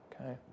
okay